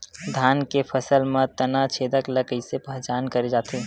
धान के फसल म तना छेदक ल कइसे पहचान करे जाथे?